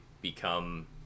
become